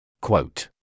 Quote